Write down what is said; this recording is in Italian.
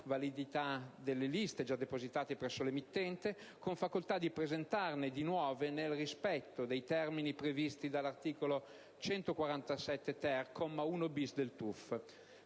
validità delle liste già depositate presso l'emittente, con facoltà di presentarne di nuove nel rispetto dei termini previsti dall'articolo 147-*ter*, comma 1-*bis*, del TUF,